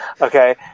Okay